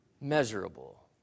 Measurable